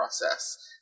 process